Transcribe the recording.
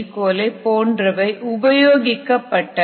கொலை போன்றவை உபயோகிக்கப்பட்டன